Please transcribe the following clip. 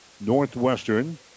Northwestern